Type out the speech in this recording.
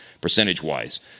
percentage-wise